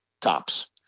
tops